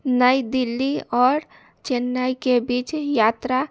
नई दिल्ली आओर चेन्नईके बीच यात्रा